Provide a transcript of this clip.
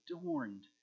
adorned